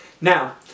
Now